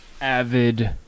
avid